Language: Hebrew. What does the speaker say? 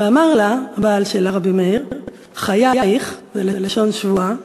ואמר לה הבעל שלה, רבי מאיר: "חייך" בלשון שבועה,